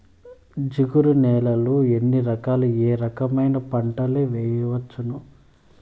జిగురు నేలలు ఎన్ని రకాలు ఏ రకమైన పంటలు వేయవచ్చును?